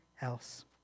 else